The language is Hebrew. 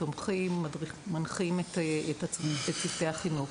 תומכים ומנחים את צוותי החינוך.